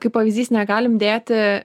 kaip pavyzdys negalim dėti